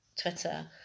Twitter